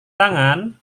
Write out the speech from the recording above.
tangan